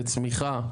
לצמיחה,